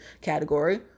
category